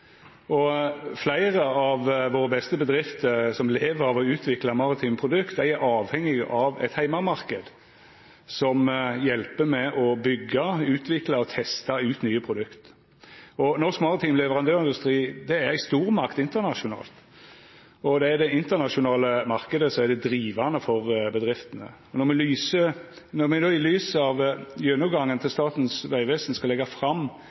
næringspolitikken. Fleire av våre beste bedrifter som lever av å utvikla maritime produkt, er avhengige av ein heimemarknad som hjelper til med å byggja, utvikla og testa ut nye produkt. Norsk maritim leverandørindustri er ei stormakt internasjonalt, og det er den internasjonale marknaden som er drivande for bedriftene. Når me i lys av gjennomgangen til Statens vegvesen skal leggja fram